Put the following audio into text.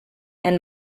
and